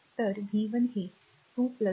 तर v 1 हे 2 2